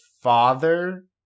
father